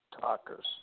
talkers